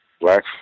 black